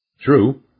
True